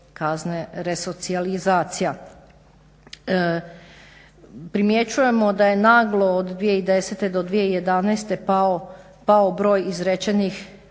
kazne resocijalizacija. Primjećujemo da je naglo od 2010. do 2011. pao broj izrečenih alternativnih